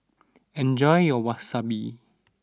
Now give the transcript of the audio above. enjoy your Wasabi